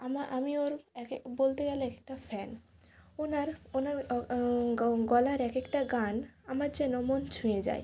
আমা আমি ওর একে বলতে গেলে একটা ফ্যান ওনার ওনার গলার এক একটা গান আমার যেন মন ছুঁয়ে যায়